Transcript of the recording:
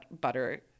butter